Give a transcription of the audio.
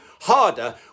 harder